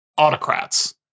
autocrats